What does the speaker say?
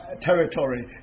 territory